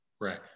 right